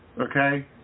Okay